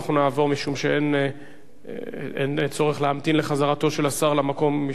אין צורך להמתין לחזרתו של שר המשפטים למקום,